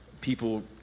people